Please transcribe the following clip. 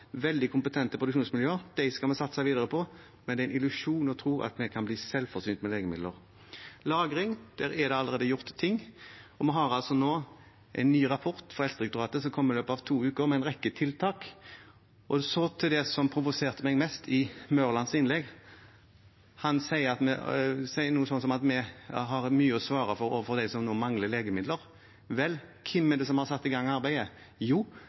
veldig kompetente, produksjonsmiljøer. Dem skal vi satse videre på, men det er en illusjon å tro at vi kan bli selvforsynt med legemidler. Lagring: Der er det allerede gjort ting, og vi får altså nå en ny rapport fra Helsedirektoratet, som kommer i løpet av to uker, med en rekke tiltak. Så til det som provoserte meg mest i Mørlands innlegg. Han sier noe sånt som at vi har mye å svare for overfor dem som nå mangler legemidler. Vel, hvem er det som har satt i gang arbeidet? Jo, det er vår regjering. Hvem er det som har startet den rapporten? Jo,